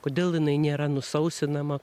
kodėl jinai nėra nusausinama